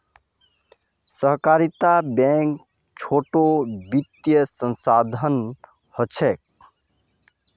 सहकारी बैंक छोटो वित्तिय संसथान होछे